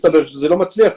מסתבר שזה לא מצליח,